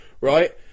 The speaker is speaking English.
right